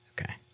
Okay